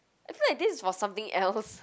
I feel like this is for something else